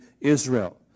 Israel